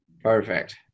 Perfect